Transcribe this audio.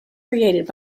created